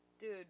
Dude